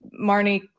marnie